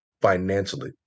financially